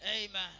Amen